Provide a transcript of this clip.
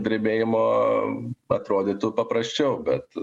drebėjimo atrodytų paprasčiau bet